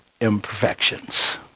imperfections